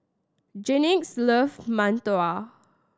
Jennings loves mantou